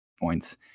Points